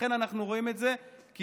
לכן אנחנו רואים את זה כמעט,